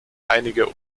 einige